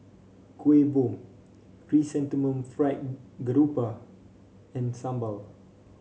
Kueh Bom Chrysanthemum Fried Garoupa and sambal